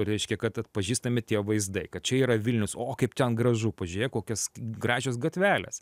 reiškia kad atpažįstami tie vaizdai kad čia yra vilnius o kaip ten gražu pažiūrėk kokios gražios gatvelės